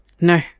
No